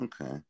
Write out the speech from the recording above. Okay